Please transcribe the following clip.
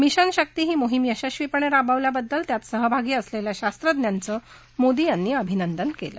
mission Shakti ही मोहीम यशस्वीपणे राबवल्याबद्दल त्यात सहभागी असलेल्या शास्त्रज्ञांचं मोदी यांनी अभिनंदन केलं